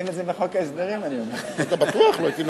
סומך על זה שיושב-ראש הכנסת הוא גם שר תקשורת לשעבר.